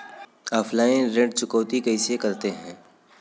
Offline ऋण चुकौती कैसे करते हैं?